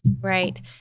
Right